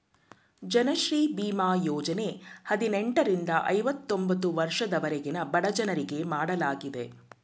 ಜನಶ್ರೀ ಬೀಮಾ ಯೋಜನೆ ಹದಿನೆಂಟರಿಂದ ಐವತೊಂಬತ್ತು ವರ್ಷದವರೆಗಿನ ಬಡಜನರಿಗೆ ಮಾಡಲಾಗಿದೆ